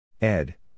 Ed